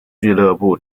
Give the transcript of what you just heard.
俱乐部